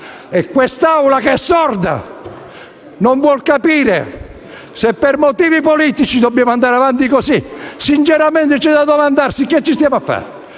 Quest'Aula è sorda e non vuol capire. Se per motivi politici dobbiamo andare avanti così, sinceramente c'è da domandarsi cosa ci stiamo a fare.